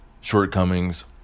shortcomings